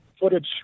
Footage